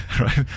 right